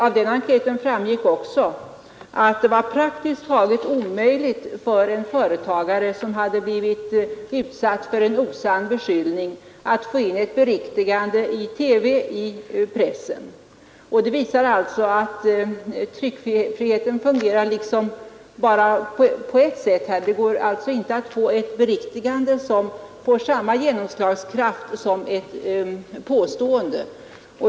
Av den enkäten framgick också att det var praktiskt taget omöjligt för en företagare som blivit utsatt för osann beskyllning att få in ett beriktigande i TV eller i pressen. Detta visar att tryckfriheten fungerar liksom bara på ett sätt. Det går inte att ge ett beriktigande samma genomslagskraft som ett osant påstående.